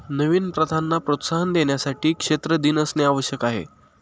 नवीन प्रथांना प्रोत्साहन देण्यासाठी क्षेत्र दिन असणे आवश्यक आहे